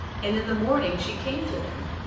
and in the morning she came to them,